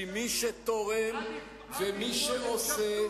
כי מי שתורם ומי שעושה,